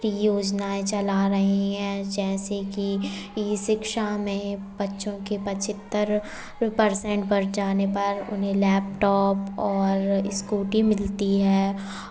योजनाएं चला रही हैं जैसे कि ई शिक्षा में बच्चों के पचहत्तर परसेंट पर जाने पर उन्हें लैपटॉप और स्कूटी मिलती है